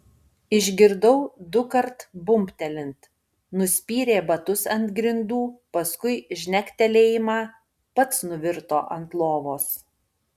išgirdau dukart bumbtelint nuspyrė batus ant grindų paskui žnektelėjimą pats nuvirto ant lovos